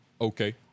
okay